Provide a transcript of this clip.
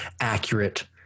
accurate